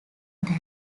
that